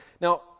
Now